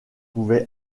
pouvait